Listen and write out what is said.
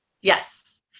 Yes